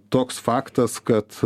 toks faktas kad